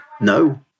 no